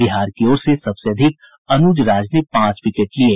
बिहार की ओर से सबसे अधिक अनूज राज ने पांच विकेट लिये